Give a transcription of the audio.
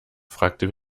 fragte